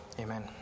Amen